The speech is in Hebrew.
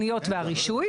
התוכניות והרישוי.